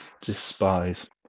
despise